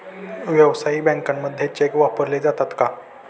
व्यावसायिक बँकांमध्ये चेक वापरले जातात का?